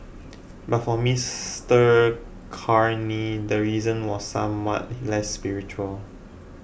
but for Mr Carney the reason was somewhat less spiritual